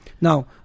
Now